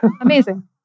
amazing